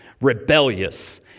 rebellious